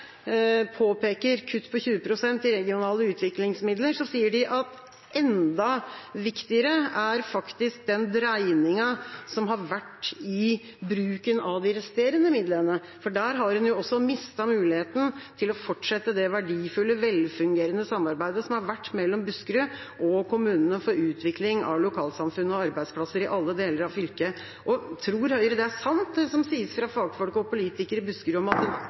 påpeker kutt på 20 pst. i regionale utviklingsmidler, sier de at enda viktigere er faktisk den dreiningen som har vært i bruken av de resterende midlene. Der har man også mistet muligheten til å fortsette det verdifulle, velfungerende samarbeidet som har vært mellom Buskerud og kommunene – for utvikling av lokalsamfunnet og arbeidsplasser i alle deler av fylket. Tror Høyre at det som sies fra fagfolk og politikere i Buskerud